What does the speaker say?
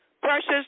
Precious